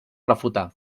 refutar